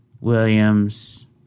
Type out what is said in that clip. Williams